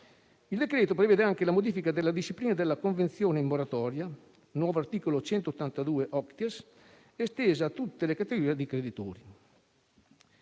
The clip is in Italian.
Il decreto-legge prevede anche la modifica della disciplina della convenzione in moratoria (nuovo articolo 182-*opties*), estesa a tutte le categorie di creditori.